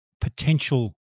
potential